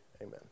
amen